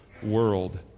world